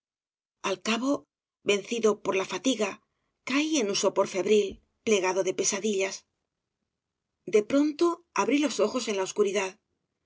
al cabo vencido por la fatiga caí en un sopor febril poblado de obras de valle inclan pesadillas de pronto abrí los ojos en la oscuridad